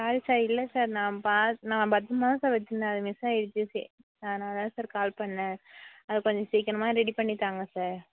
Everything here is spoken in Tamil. சாரி சார் இல்லை சார் நா பாத் பத்திரமாக தான் சார் வச்சுருந்தேன் அது மிஸ்ஸாகிடுச்சி அதனால் தான் சார் கால் பண்ணேன் அது கொஞ்சம் சீக்கிரமா ரெடி பண்ணி தாருங்க சார்